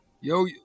Yo